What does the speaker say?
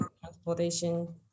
transportation